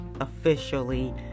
officially